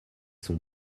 sont